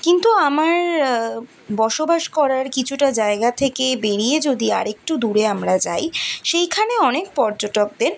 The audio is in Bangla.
কিন্তু আমার বসবাস করার কিছুটা জায়গা থেকে বেরিয়ে যদি আর একটু দূরে আমরা যাই সেইখানে অনেক পর্যটকদের